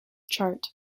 chart